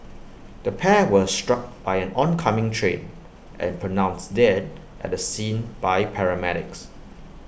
the pair were struck by an oncoming train and pronounced dead at the scene by paramedics